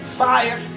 fire